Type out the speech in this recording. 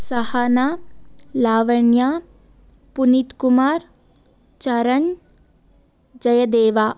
Sahana Lavanya Puneeth Kumar Charan Jayadeva